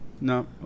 No